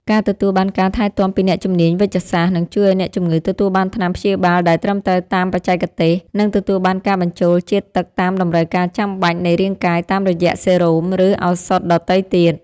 ការទទួលបានការថែទាំពីអ្នកជំនាញវេជ្ជសាស្ត្រ នឹងជួយឱ្យអ្នកជំងឺទទួលបានថ្នាំព្យាបាលដែលត្រឹមត្រូវតាមបច្ចេកទេស និងទទួលបានការបញ្ចូលជាតិទឹកតាមតម្រូវការចាំបាច់នៃរាងកាយតាមរយៈសេរ៉ូម ឬឱសថដទៃទៀត។